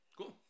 Cool